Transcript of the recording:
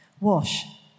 Wash